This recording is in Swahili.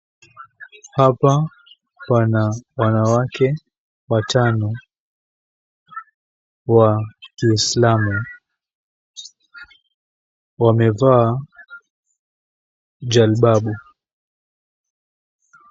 Hapa pana wanawake watano wa Kiislamu. Wamevaa jalbabu.